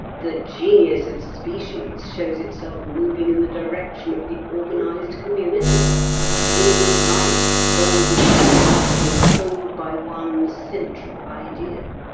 the genius of species shows itself moving in the direction of the organised community all life welded together, controlled by one central idea.